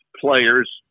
players